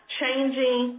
changing